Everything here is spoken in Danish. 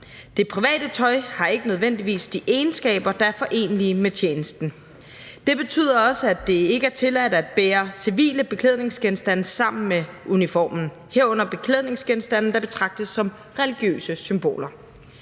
Det private tøj har ikke nødvendigvis de egenskaber, der er forenelige med tjenesten. Det betyder også, at det ikke er tilladt at bære civile beklædningsgenstande sammen med uniformen, herunder beklædningsgenstande, der betragtes som religiøse symboler.